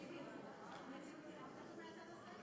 (1)